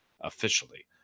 officially